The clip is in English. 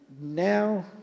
now